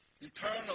eternal